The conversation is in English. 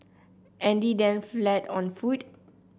Andy then fled on foot